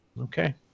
Okay